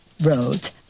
roads